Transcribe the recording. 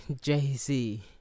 Jay-Z